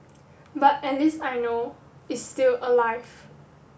but at least I know is still alive